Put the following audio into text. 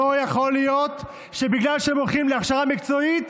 ולא יכול להיות שבגלל שהם הולכים להכשרה מקצועית,